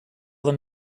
them